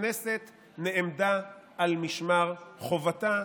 הכנסת נעמדה על משמר חובתה,